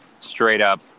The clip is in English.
straight-up